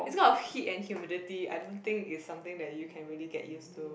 this kind of heat and humidity I don't think it's something that you can really get used to